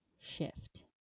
shift